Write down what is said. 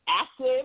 active